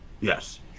Yes